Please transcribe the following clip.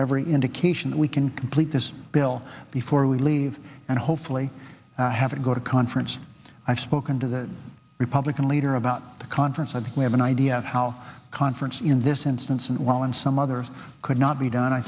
every indication that we can complete this bill before we leave and hopefully have it go to conference i've spoken to the republican leader about the conference and we have an idea of how conference in this instance and while in some others could not be done i